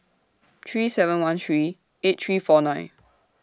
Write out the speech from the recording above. three seven one three eight three four nine